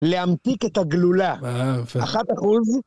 להמתיק את הגלולה, אחת אחוז